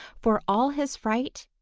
for all his fright,